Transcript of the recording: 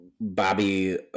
Bobby